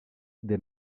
des